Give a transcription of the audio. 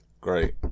Great